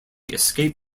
escape